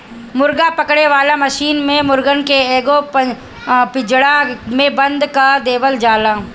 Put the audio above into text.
मुर्गा पकड़े वाला मशीन से मुर्गन के एगो पिंजड़ा में बंद कअ देवल जाला